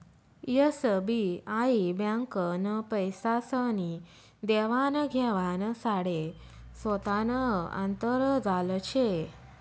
SBI ब्यांकनं पैसासनी देवान घेवाण साठे सोतानं आंतरजाल शे